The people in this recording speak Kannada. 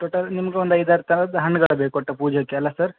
ಟೋಟಲ್ ನಿಮ್ಗೆ ಒಂದು ಐದಾರು ಥರದ ಹಣ್ಗಳು ಬೇಕು ಒಟ್ಟು ಪೂಜೆಗೆಲ್ಲ ಸರ್